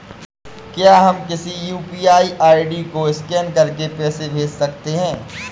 क्या हम किसी यू.पी.आई आई.डी को स्कैन करके पैसे भेज सकते हैं?